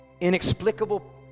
inexplicable